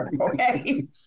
okay